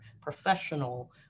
professional